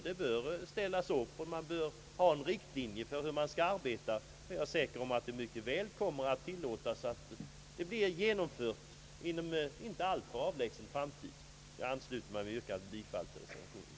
Det bör ställas upp, och man bör ha en riktlinje för hur man skall arbeta. Jag tror ati det mycket väl blir möjligt att genomföra det inom en inte alltför avlägsen framtid. Jag ansluter mig till yrkandet om bifall till reservationen.